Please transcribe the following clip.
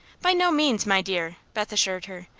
by no means, my dear, beth assured her.